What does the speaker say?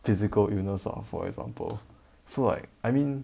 physical illness ah for example so like I mean